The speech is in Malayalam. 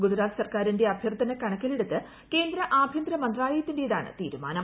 ഗുജറാത്ത് സർക്കാരിന്റെ അഭ്യർത്ഥന കണക്കിലെടുത്ത് കേന്ദ്ര ആഭ്യന്തര മന്ത്രാലയത്തിന്റേതാണ് തീരുമാനം